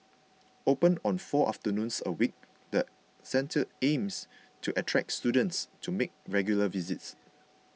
open on four afternoons a week the centre aims to attract students to make regular visits